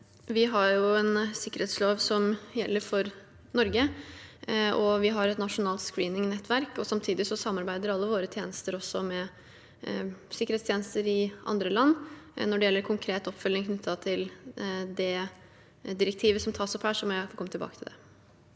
Vi har en sikker- hetslov som gjelder for Norge, og vi har et nasjonalt screeningnettverk. Samtidig samarbeider alle våre tjenester også med sikkerhetstjenester i andre land. Når det gjelder konkret oppfølging knyttet til det direktivet som tas opp her, må jeg komme tilbake til det.